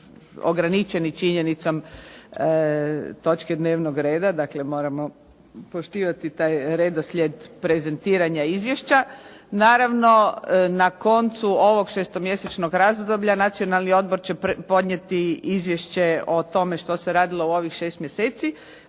ograničeni činjenicom točke dnevnog reda, dakle moramo poštivati taj redoslijed prezentiranja izvješća. Naravno na koncu ovog šestomjesečnog razdoblja Nacionalni odbor će podnijeti izvješće o tome što se radilo u ovih 6 mjeseci.